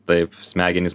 taip smegenys